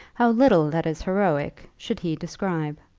how little that is heroic should he describe!